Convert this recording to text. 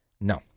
No